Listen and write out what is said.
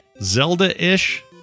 Zelda-ish